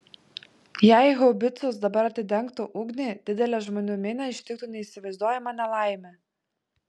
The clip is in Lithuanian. jei haubicos dabar atidengtų ugnį didelę žmonių minią ištiktų neįsivaizduojama nelaimė